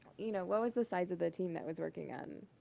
you know, what was the size of the team that was working on